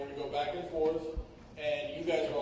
go back and forth and you guys